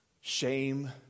shame